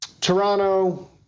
Toronto